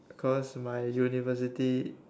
cause my university